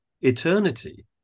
eternity